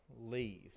leave